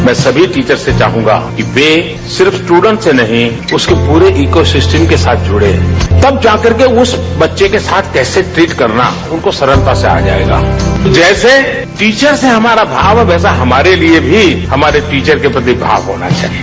मैं सभी टीचर से चाहूंगा कि वे सिर्फ स्टूडेंट से नहीं उसके पूरे इको सिस्टम के साथ जुड़े तब जा करके उस बच्चे के साथ कैसे ट्रीट करना है उनको सरलता से आ जायेगा जैसे टीचर से हमारा भाव है वैसा हमारे लिए भी हमारे टीचर के प्रति भाव होना चाहिए